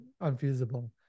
unfeasible